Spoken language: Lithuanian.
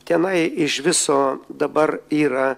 tenai iš viso dabar yra